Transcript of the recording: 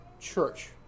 church